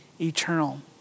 eternal